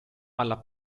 alla